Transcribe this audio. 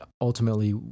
ultimately